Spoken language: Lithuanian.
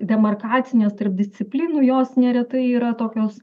demarkacinės tarp disciplinų jos neretai yra tokios